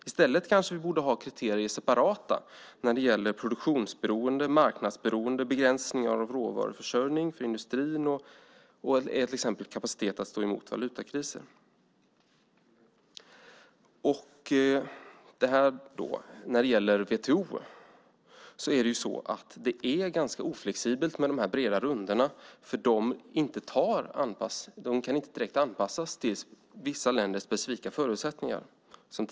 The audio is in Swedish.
I stället kanske vi borde ha separata kriterier när det gäller produktionsberoende, marknadsberoende, begränsningar av råvaruförsörjning för industrin och till exempel kapacitet att stå emot valutakriser. När det gäller WTO är det ganska oflexibelt med de breda rundorna, för de kan, som tidigare sagts, inte direkt anpassas till vissa länders specifika förutsättningar.